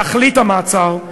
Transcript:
תכלית המעצר,